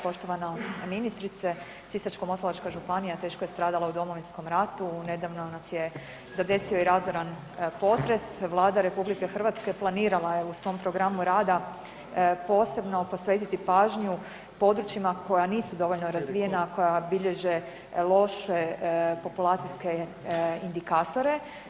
Poštovana ministrice Sisačko-moslavačka županija teško je stradala u Domovinskom ratu, nedavno nas je zadesio i razoran potres, Vlada RH planirala je u svom programu rada posebno posvetiti pažnju područjima koja nisu dovoljno razvijena, a koja bilježe loše populacijske indikatore.